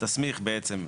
תסמיך בעצם,